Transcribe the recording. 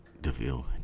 Deville